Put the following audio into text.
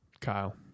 Kyle